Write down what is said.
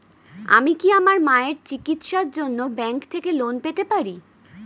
আমি কি আমার মায়ের চিকিত্সায়ের জন্য ব্যঙ্ক থেকে লোন পেতে পারি?